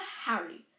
Harry